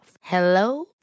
Hello